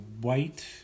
white